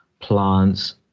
plants